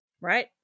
Right